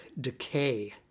decay